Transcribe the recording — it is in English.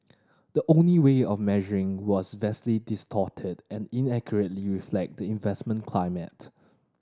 the only way of measuring was vastly distorted and inaccurately reflect the investment climate